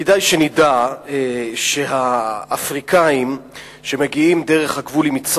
חברת הכנסת אורלי לוי, יש הרבה מקום לשוחח,